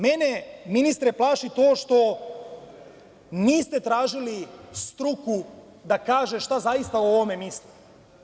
Mene ministre plaši to što niste tražili struku da kaže šta zaista o ovome misli.